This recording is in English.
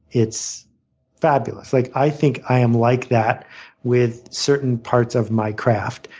it's fabulous. like i think i am like that with certain parts of my craft,